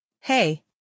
Hey